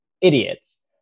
idiots